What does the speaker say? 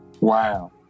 wow